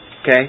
Okay